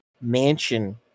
mansion